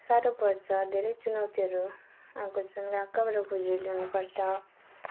साह्रो पर्छ धेरै चुनौतीहरू आएको छन् कहाँ कहाँबाट खोजेर ल्याउनुपर्छ